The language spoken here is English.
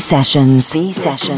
Sessions